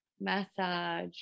massage